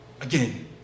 again